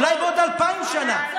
אולי בעוד אלפיים שנה,